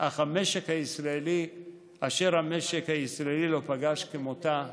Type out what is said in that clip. אשר המשק הישראלי לא פגש כמותה בעבר.